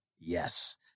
yes